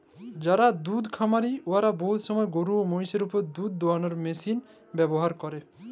যারা দুহুদ খামারি উয়ারা বহুত সময় গরু এবং মহিষদের উপর দুহুদ দুয়ালোর মেশিল ব্যাভার ক্যরে